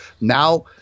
now